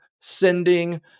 sending